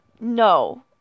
No